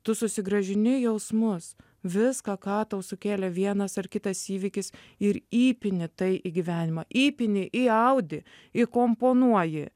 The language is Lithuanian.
tu susigrąžini jausmus viską ką tau sukėlė vienas ar kitas įvykis ir įpini tai į gyvenimą įpini įaudi įkomponuoji